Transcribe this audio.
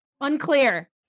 Unclear